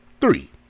three